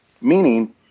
Meaning